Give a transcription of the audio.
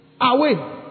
away